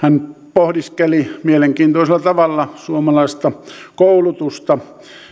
pohdiskeli mielenkiintoisella tavalla suomalaista koulutusta